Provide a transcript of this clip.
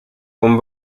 con